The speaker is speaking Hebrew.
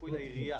השיפוי לעירייה.